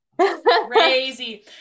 crazy